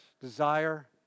desire